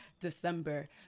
December